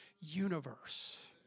universe